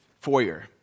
foyer